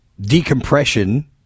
decompression